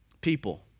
People